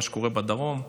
מה שקורה בדרום.